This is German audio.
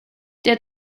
der